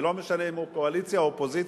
ולא משנה אם הוא קואליציה או אופוזיציה.